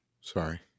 Sorry